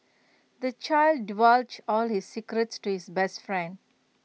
the child divulged all his secrets to his best friend